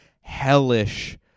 hellish